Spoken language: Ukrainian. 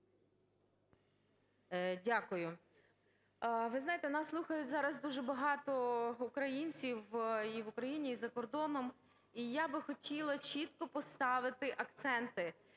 Дякую. Ви знаєте, нас слухають зараз дуже багато українців і в Україні, і за кордоном. І я би хотіла чітко поставити акценти,